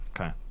Okay